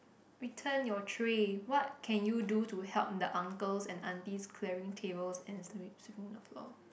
return your tray what can you do to help the uncles and aunties clearing tables and sweep sweeping the floor